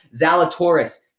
Zalatoris